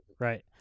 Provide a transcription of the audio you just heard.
Right